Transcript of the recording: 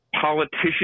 politician's